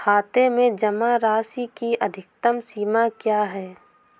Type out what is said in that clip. खाते में जमा राशि की अधिकतम सीमा क्या है?